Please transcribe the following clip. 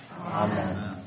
Amen